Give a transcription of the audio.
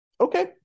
okay